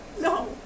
No